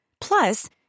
Plus